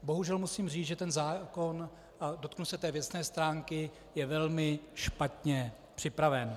Bohužel musím říct, že ten zákon, a dotknu se té věcné stránky, je velmi špatně připraven.